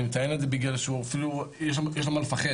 אני מציין בגלל שיש על מה לפחד